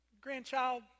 grandchild